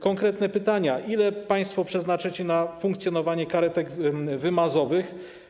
Konkretne pytania: Ile państwo przeznaczycie na funkcjonowanie karetek wymazowych?